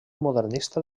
modernista